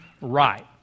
right